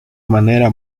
manera